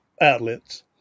outlets